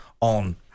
on